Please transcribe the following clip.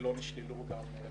ולא נשללו רישיונות.